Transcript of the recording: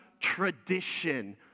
tradition